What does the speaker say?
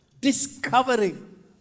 discovering